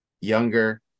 younger